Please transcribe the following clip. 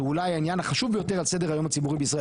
שאולי העניין החשוב ביותר על סדר היום הציבורי בישראל,